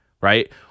Right